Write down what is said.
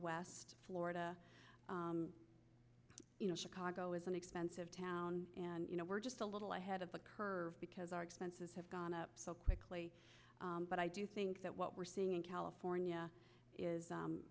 west florida you know chicago is an expensive town and you know we're just a little ahead of the curve because our expenses have gone up so quickly but i do think that what we're seeing in california is